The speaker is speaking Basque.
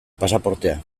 pasaportea